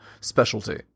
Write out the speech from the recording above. specialty